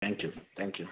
thank you thank you